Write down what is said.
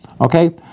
okay